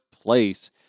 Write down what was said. place